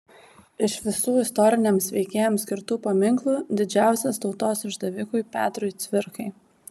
iš visų istoriniams veikėjams skirtų paminklų didžiausias tautos išdavikui petrui cvirkai